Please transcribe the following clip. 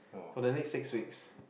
for the next six weeks